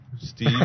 steve